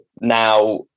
now